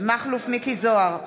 מכלוף מיקי זוהר,